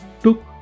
took